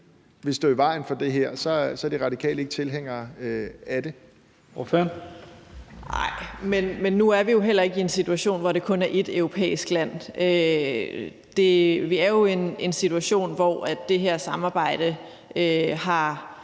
vil stå i vejen for det her, er Radikale ikke tilhængere af det?